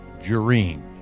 Jereen